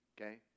Okay